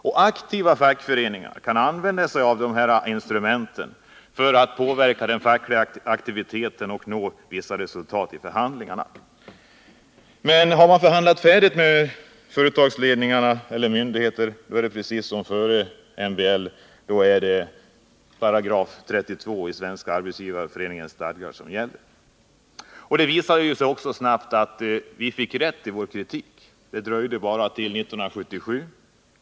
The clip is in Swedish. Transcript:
Och aktiva fackföreningar kan använda sig av de här instrumenten för att påverka den fackliga aktiviteten och nå vissa resultat i förhandlingarna. Men har man förhandlat färdigt med företagsledningar eller myndigheter är det precis som före MBL — då är det § 32 och Svenska arbetsgivareföreningens stadgar som gäller. Det visade sig också ganska snabbt att vi fick rätt i vår kritik. Det dröjde bara till 1977.